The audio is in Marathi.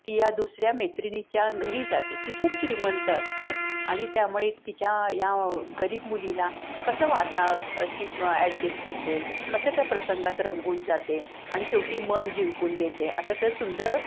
ती या दुसऱ्या मैत्रिणीच्या घरी जाते ती खूप श्रीमंत असते आणि त्यामुळे तिच्या या गरीब मुलीला कसं वाता ती ॲडजेस्ट करते कशा त्या प्रसंगात रंगून जाते आणि शेवटी मन जिंकून घेते असं ते सुंदर